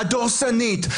הדורסנית,